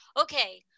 okay